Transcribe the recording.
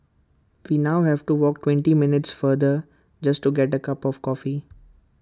we now have to walk twenty minutes farther just to get A cup of coffee